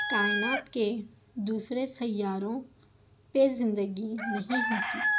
کائنات کے دوسرے سیاروں پہ زندگی نہیں ہوتی